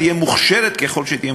ותהיה מוכשרת ככל שתהיה,